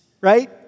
right